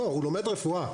לא הוא לומד רפואה,